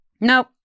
nope